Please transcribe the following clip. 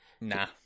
Nah